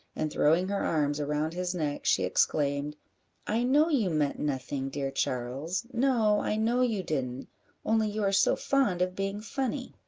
and throwing her arms around his neck, she exclaimed i know you meant nothing, dear charles no, i know you didn't only you are so fond of being funny.